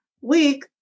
week